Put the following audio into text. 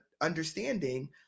understanding